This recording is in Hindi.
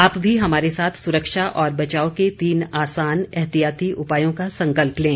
आप भी हमारे साथ सुरक्षा और बचाव के तीन आसान एहतियाती उपायों का संकल्प लें